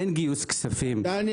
אין גיוס כספים -- דני,